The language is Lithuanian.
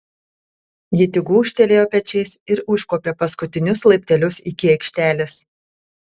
ji tik gūžtelėjo pečiais ir užkopė paskutinius laiptelius iki aikštelės